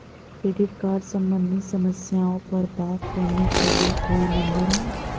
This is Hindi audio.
क्रेडिट कार्ड सम्बंधित समस्याओं पर बात करने के लिए कोई नंबर है?